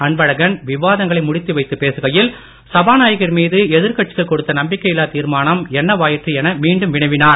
அன்பழகன் விவாதங்களை முடித்து வைத்து பேசுகையில் சபாநாயகர் மீது எதிர்கட்சிகள் கொடுத்த நம்பிக்கை இல்லா தீர்மானம் என்னவாயிற்று என மீண்டும் வினவினார்